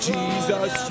Jesus